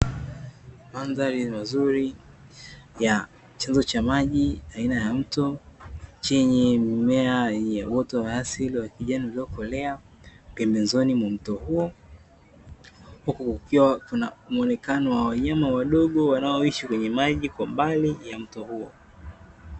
Mandhari mazuri ya chanzo cha maji aina ya mto, chenye mimea yenye uoto wa asili wa kijani iliyokolea pembezoni mwa mto huo, huku kukiwa kuna muonekano wa wanyama wadogo wanaoishi kwenye maji mbali ya mto huo.